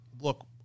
look